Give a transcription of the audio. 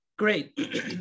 Great